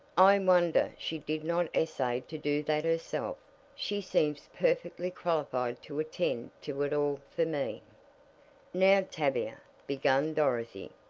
i wonder she did not essay to do that herself she seems perfectly qualified to attend to it all for me. now, tavia, began dorothy,